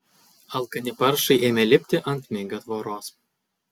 alkani paršai ėmė lipti ant migio tvoros